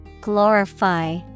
Glorify